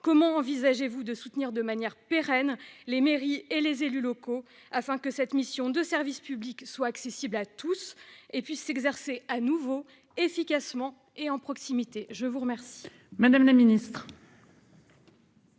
comment envisagez-vous de soutenir de manière pérenne les mairies et les élus locaux afin que cette mission de service public soit accessible à tous et puisse être exercée de nouveau efficacement, en tenant compte de la proximité